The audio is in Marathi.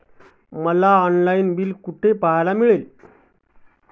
मला ऑनलाइन बिल कुठे पाहायला मिळेल?